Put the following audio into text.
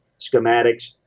schematics